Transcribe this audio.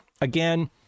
again